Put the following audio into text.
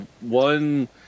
one